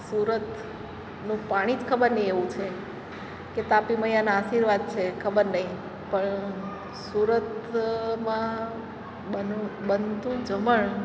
સુરતનું પાણી જ ખબર નહીં એવુ છે કે તાપી મૈયાનાં આશીર્વાદ છે ખબર નહીં પણ સુરત માં બનતું જમણ